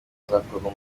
azakorwa